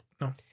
No